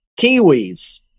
kiwis